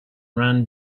ran